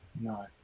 No